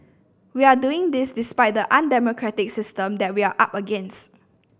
we are doing this despite the undemocratic system that we are up against